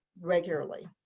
regularly